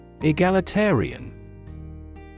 Egalitarian